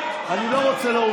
אני לא רוצה.